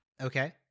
Okay